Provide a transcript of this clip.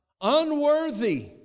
Unworthy